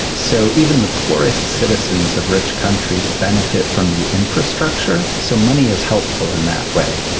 so even the poorest citizens of rich countries benefit from the infrastructure. so money is helpful in that way.